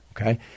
okay